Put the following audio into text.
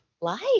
life